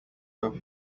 hop